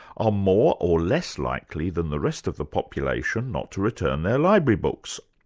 are more or less likely than the rest of the population not to return their library books.